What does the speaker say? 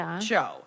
show